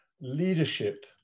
leadership